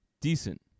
decent